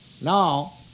Now